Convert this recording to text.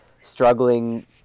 struggling